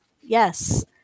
Yes